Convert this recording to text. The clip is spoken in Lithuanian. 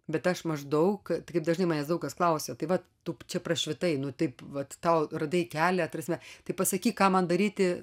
bet aš maždaug kaip dažnai manęs daug kas klausia tai vat tu čia prašvitai nu taip vat tau radai kelią ta prasme tai pasakyk ką man daryti